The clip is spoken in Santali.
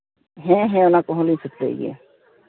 ᱦᱮᱸ ᱦᱮᱸ ᱚᱱᱟ ᱠᱚᱦᱚᱸ ᱞᱤᱧ ᱥᱟᱯᱞᱟᱭ ᱜᱮᱭᱟ